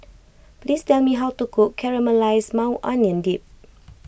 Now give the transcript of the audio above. please tell me how to cook Caramelized Maui Onion Dip